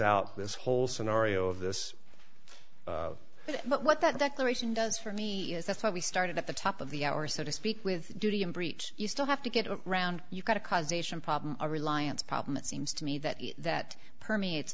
out this whole scenario of this what that declaration does for me is that's why we started at the top of the hour so to speak with duty and breach you still have to get a round you've got a causation problem a reliance problem it seems to me that that permeates